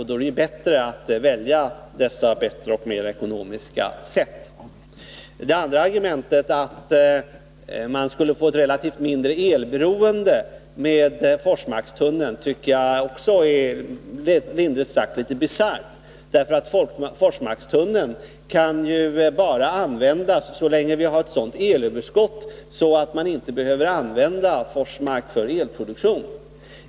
Då är det ju fördelaktigare att välja dessa bättre och mer ekonomiska sätt. Argumentet att man skulle få ett relativt mindre elberoende med Forsmarkstunneln tycker jag är lindrigt sagt litet bisarrt, eftersom Forsmarkstunneln ju kan användas bara så länge vi har ett sådant elöverskott att man inte behöver använda Forsmark för elproduktion.